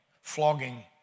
flogging